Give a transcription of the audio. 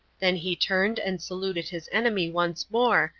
then he turned and saluted his enemy once more,